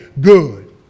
good